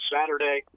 Saturday